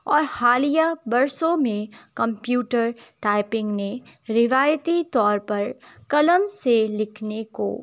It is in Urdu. اور حالیہ برسوں میں کمپیوٹر ٹائپنگ نے روایتی طور پر قلم سے لکھنے کو